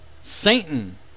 Satan